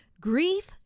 grief